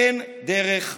אין דרך אחרת.